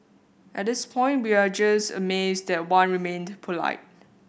at this point we are just amazed that Wan remained polite